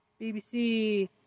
BBC